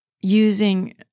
using